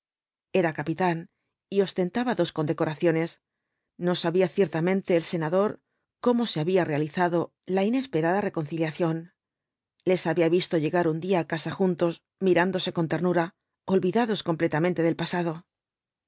era capitán y ostentaba dos condecoraciones no sabía ciertamente el senador cómo se había realizado la inesperada reconciliación les había visto llegar un día á su casa juntos mirándose con ternura olvidados completamente del pasado